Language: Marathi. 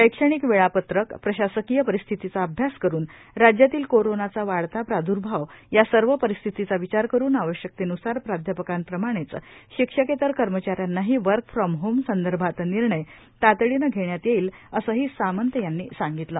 शैक्षणिक वेळापत्रक प्रशासकीय परिस्थितीचा अभ्यास करुन राज्यातील कोरोनाचा वाढता प्रादुर्भाव या सर्व परिस्थितीचा विचार करुन आवश्यकतेन्सार प्राध्यापकांप्रमाणेच शिक्षकेतर कर्मचाऱ्यांनाही वर्क फॉर्म होम संदर्भात निर्णय तातडीने घेण्यात येईल असेही सामंत यांनी सांगितले